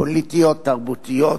פוליטיות, תרבותיות,